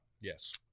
Yes